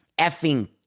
effing